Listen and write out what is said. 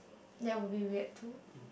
that will be weird too